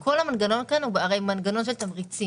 הרי כל המנגנון כאן הוא מנגנון של תמריצים.